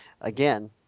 again